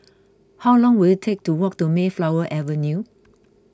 how long will it take to walk to Mayflower Avenue